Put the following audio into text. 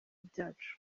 byacu